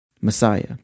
messiah